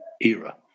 era